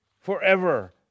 forever